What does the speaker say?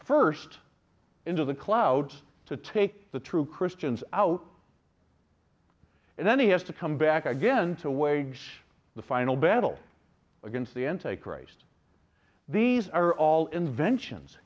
first into the clouds to take the true christians out and then he has to come back again to wage the final battle against the anti christ these are all inventions